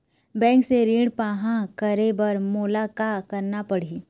Bank से ऋण पाहां करे बर मोला का करना पड़ही?